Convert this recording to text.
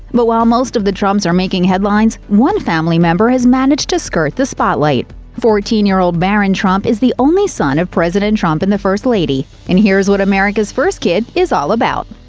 but while most of the trumps are making headlines, one family member has managed to skirt the spotlight. fourteen year old barron trump is the only son of president trump and the first lady and here's what america's first kid is all about!